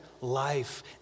life